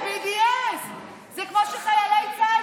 ה-BDS תוקף את ישראל,